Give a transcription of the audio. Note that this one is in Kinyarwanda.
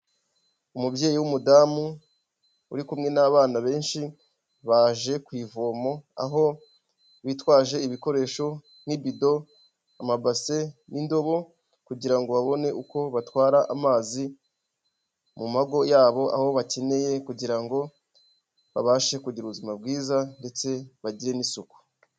Umubyeyi w'umudamu uri kumwe n'abana benshi baje ku ivomo aho bitwaje ibikoresho nk'ibido. amabase, n'indobo kugira ngo babone uko batwara amazi mu mago yabo, aho bakeneye kugira ngo babashe kugira ubuzima bwiza ndetse bagire n'isuku.